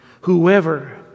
Whoever